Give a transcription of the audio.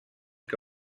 que